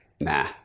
nah